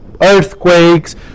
earthquakes